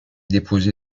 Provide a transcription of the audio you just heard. déposée